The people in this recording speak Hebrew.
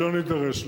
שלא נידרש לכך.